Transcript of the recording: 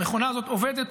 המכונה הזאת עובדת,